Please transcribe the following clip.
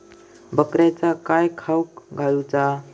बकऱ्यांका काय खावक घालूचा?